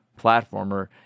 platformer